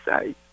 say